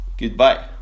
Goodbye